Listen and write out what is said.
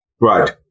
Right